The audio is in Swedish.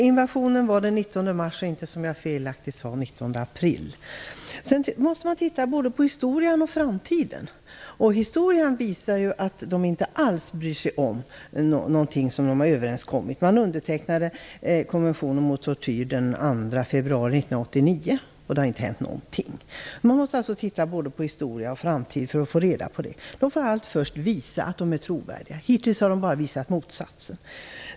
Herr talman! Först vill jag bara säga att invasionen ägde rum den 19 mars och inte den 19 april som jag felaktigt sade. Man måste se till både historien och framtiden. Historien visar att de inte alls bryr sig om någonting som de har kommit överens om. Man undertecknade konventionen mot tortyr den 2 februari 1989, men det har inte hänt någonting. Man måste alltså se till både historien och framtiden för att få reda på det. De får allt först visa att de är trovärdiga. Hittills har de bara visat motsatsen.